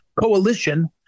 coalition